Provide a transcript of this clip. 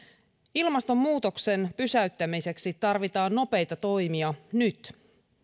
ilmastonmuutoksen pysäyttämiseksi tarvitaan nopeita toimia nyt